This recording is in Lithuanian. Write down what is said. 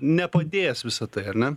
nepadės visa tai ar ne